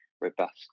robust